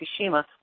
Fukushima